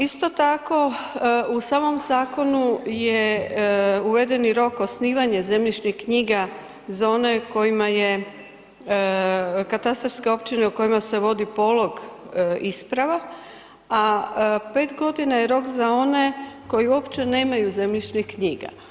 Isto tako u samom zakonu je uveden rok osnivanja zemljišnih knjiga za one kojima je katastarska općina u kojima se vodi polog isprava a 5 g. je rok za one koji uopće nemaju zemljišnih knjiga.